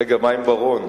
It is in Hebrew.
רגע, מה עם בר-און?